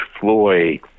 Floyd